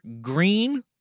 Green